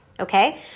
Okay